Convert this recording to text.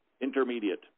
intermediate